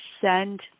send